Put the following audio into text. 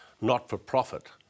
not-for-profit